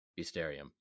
Bisterium